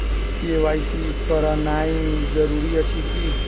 KYC करानाइ जरूरी अछि की?